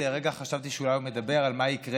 לרגע חשבתי שאולי הוא מדבר על מה יקרה